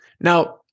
Now